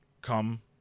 come